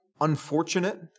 unfortunate